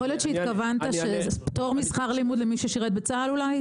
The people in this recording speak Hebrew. יכול להיות שהתכוונת שפטור משכר לימוד למי ששירת בצה"ל אולי?